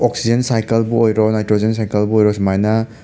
oxygen ꯁꯥꯏꯀꯜꯕꯨ ꯑꯣꯏꯔꯣ nitrogen ꯁꯥꯏꯀꯜꯕꯨ ꯑꯣꯏꯔꯣ ꯁꯨꯃꯥꯏꯅ